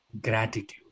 gratitude